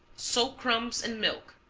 soak crumbs in milk,